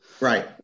Right